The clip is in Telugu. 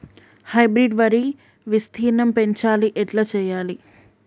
హైబ్రిడ్ వరి విస్తీర్ణం పెంచాలి ఎట్ల చెయ్యాలి?